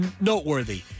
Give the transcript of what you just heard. noteworthy